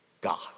God